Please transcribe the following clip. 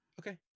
Okay